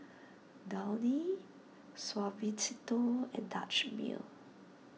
Downy Suavecito and Dutch Mill